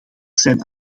zijn